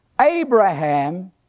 Abraham